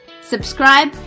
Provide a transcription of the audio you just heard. Subscribe